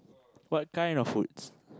what kind of foods